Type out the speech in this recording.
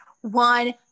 One